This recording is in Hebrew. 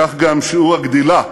כך גם שיעור הגדילה,